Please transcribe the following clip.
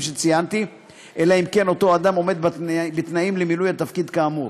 שציינתי אלא אם כן אותו אדם עומד בתנאים למילוי התפקיד כאמור.